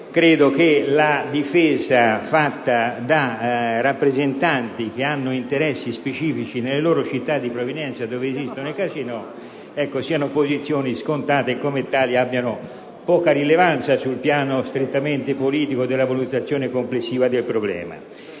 Credo che la difesa fatta da parlamentari che hanno interessi specifici nelle città di provenienza in cui esistono i casinò sia una posizione scontata che, in quanto tale, ha poca rilevanza sul piano strettamente politico della valutazione complessiva del problema.